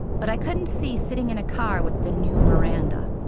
but i couldn't see sitting in a car with the new miranda.